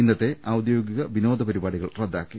ഇന്നത്തെ ഔദ്യോഗിക വിനോദപരിപാടികൾ റദ്ദാക്കി